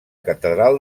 catedral